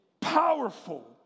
powerful